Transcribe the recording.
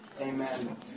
Amen